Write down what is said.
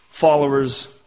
followers